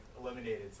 eliminated